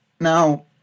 Now